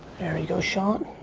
go, sean.